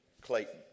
Clayton